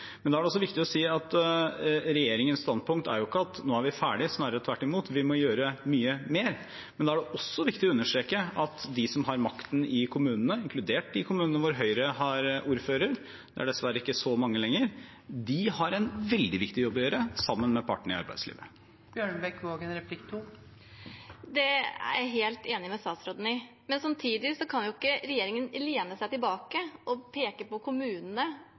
Da er det også viktig å si at regjeringens standpunkt ikke er at nå er vi ferdig – snarere tvert imot. Vi må gjøre mye mer. Men da er det også viktig å understreke at de som har makten i kommunene – inkludert de kommunene hvor Høyre har ordfører, det er dessverre ikke så mange lenger – har en veldig viktig jobb å gjøre, sammen med partene i arbeidslivet. Det er jeg helt enig med statsråden i. Samtidig kan ikke regjeringen lene seg tilbake og peke på kommunene